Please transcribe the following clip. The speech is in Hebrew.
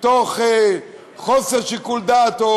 מתוך חוסר שיקול דעת,